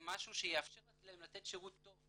משהו שיאפשר להן לתת שירות טוב.